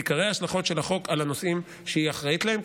ככל האפשר את עיקרי ההשלכות של החוק על הנושאים שהיא אחראית להם,